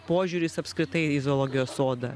požiūris apskritai į zoologijos sodą